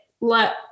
let